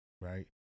Right